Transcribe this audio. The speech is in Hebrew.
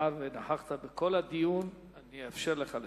מאחר שנכחת בכל הדיון, אני אאפשר לך לדבר.